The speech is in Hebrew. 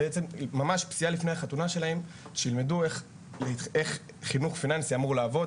ממש פסיעה לפני החתונה שלהם שילמדו איך חינוך פיננסי אמור לעבוד.